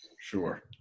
sure